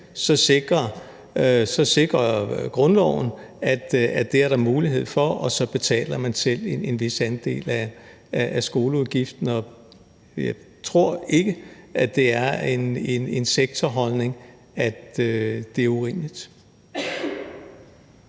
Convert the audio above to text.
så sikrer grundloven, at det er der mulighed for, og så betaler man selv en vis andel af skoleudgiften. Jeg tror ikke, at det er en holdning i sektoren, at det er urimeligt.